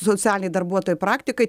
socialiniai darbuotojai praktikai